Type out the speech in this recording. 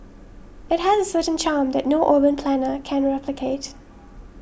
it has a certain charm that no urban planner can replicate